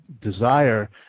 desire